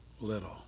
little